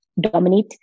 dominate